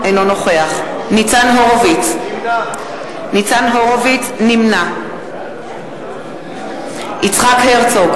אינו נוכח ניצן הורוביץ, נמנע יצחק הרצוג,